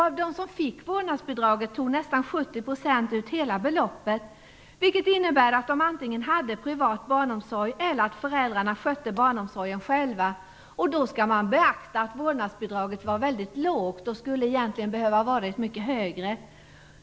Av dem som fick vårdnadsbidraget tog nästan 70 % ut hela beloppet, vilket innebär att de antingen hade privat barnomsorg eller att föräldrarna skötte barnomsorgen själva. Då skall man beakta att vårdnadsbidraget var väldigt lågt. Det skulle egentligen behöva vara mycket högre.